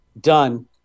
done